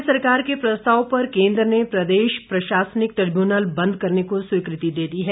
राज्य सरकार के प्रस्ताव पर केन्द्र ने प्रदेश प्रशासनिक ट्रिब्यूनल बंद करने को स्वीकृति दे दी है